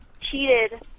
cheated